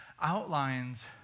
outlines